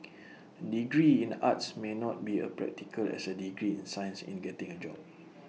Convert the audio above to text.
degree in arts may not be A practical as A degree in science in getting A job